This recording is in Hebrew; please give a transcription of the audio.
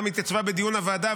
גם התייצבה בדיון הוועדה,